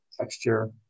texture